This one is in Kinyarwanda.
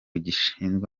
gishinzwe